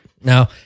Now